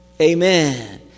amen